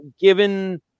given